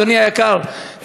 אדוני היקר,